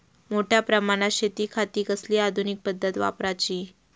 मोठ्या प्रमानात शेतिखाती कसली आधूनिक पद्धत वापराची?